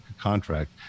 contract